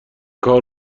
کار